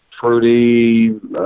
fruity